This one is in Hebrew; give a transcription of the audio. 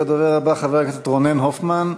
הדובר הבא, חבר הכנסת רונן הופמן,